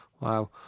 wow